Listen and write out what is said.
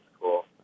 cool